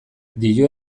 dio